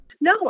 no